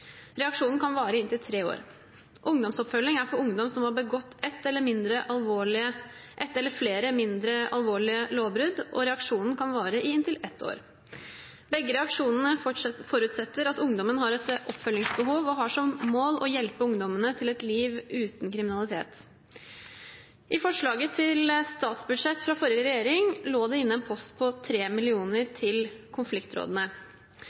Reaksjonen kan vare i inntil tre år. Ungdomsoppfølging er for ungdom som har begått ett eller flere mindre alvorlige lovbrudd, og reaksjonen kan vare i inntil ett år. Begge reaksjonene forutsetter at ungdommen har et oppfølgingsbehov, og har som mål å hjelpe ungdommene til et liv uten kriminalitet. I forslaget til statsbudsjett fra forrige regjering lå det inne en post på 3 mill. kr til konfliktrådene.